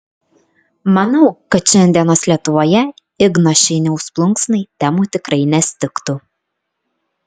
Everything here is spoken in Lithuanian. manau kad šiandienos lietuvoje igno šeiniaus plunksnai temų tikrai nestigtų